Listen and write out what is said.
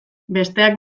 besteak